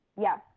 Yes